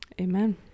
amen